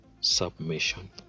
submission